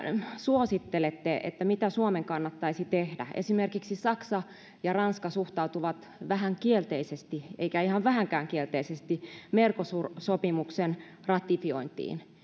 suosittelette että suomen kannattaisi tehdä esimerkiksi saksa ja ranska suhtautuvat vähän kielteisesti eikä ihan vähänkään kielteisesti mercosur sopimuksen ratifiointiin